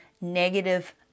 negative